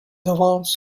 d’avance